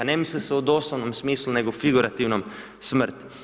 Ne misli se u doslovnom smislu, nego figurativnom, smrt.